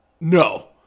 no